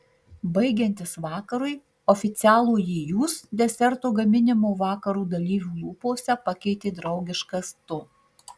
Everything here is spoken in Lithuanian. baigiantis vakarui oficialųjį jūs deserto gaminimo vakarų dalyvių lūpose pakeitė draugiškas tu